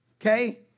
okay